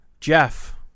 Jeff